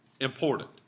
important